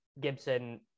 Gibson